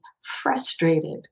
frustrated